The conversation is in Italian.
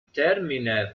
termine